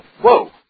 whoa